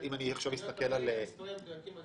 אני לא יכול להגיד מספרים מדויקים.